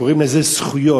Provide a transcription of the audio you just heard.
קוראים לזה "זכויות".